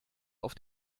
auf